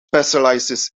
specialises